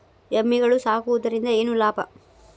ಎಮ್ಮಿಗಳು ಸಾಕುವುದರಿಂದ ಏನು ಲಾಭ?